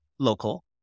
Local